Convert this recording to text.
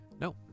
No